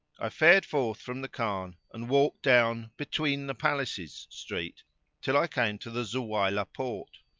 i fared forth from the khan and walked down between the palaces street till i came to the zuwaylah porte,